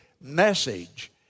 message